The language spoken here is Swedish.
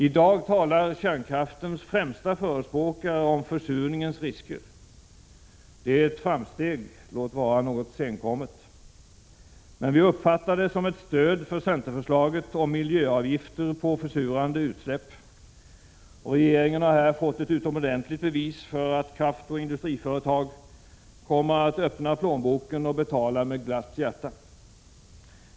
I dag talar kärnkraftens främsta förespråkare om försurningens risker. Det är ett framsteg, låt vara något senkommet. Men vi uppfattar det som ett stöd för centerförslaget om miljöavgifter på försurande utsläpp. Regeringen har här fått ett utomordentligt bevis för att kraftoch industriföretag kommer att öppna plånboken och betala med glatt hjärta.